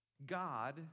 God